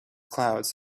clouds